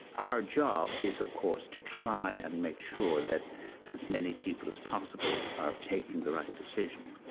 our job is of course to try and make sure that as many people as possible are taking the right decision.